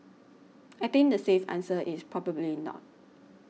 I think the safe answer is probably not